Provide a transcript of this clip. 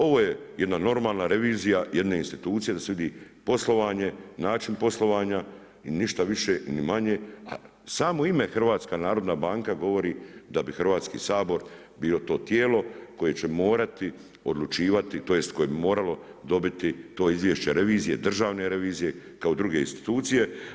Ovo je jedna normalna revizija jedne institucije da se vidi poslovanje, način poslovanja i ništa više i ni manje, a samo ime HNB govori da bi Hrvatski sabor bio to tijelo koje će morati odlučivati tj. koje bi moralo dobiti to izvješće Državne revizije kao druge institucije.